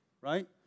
right